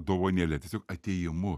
dovanėle tiesiog atėjimu